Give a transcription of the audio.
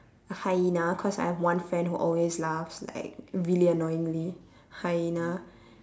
a hyena cause I have one friend who always laughs like really annoyingly hyena